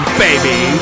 baby